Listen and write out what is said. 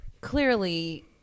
clearly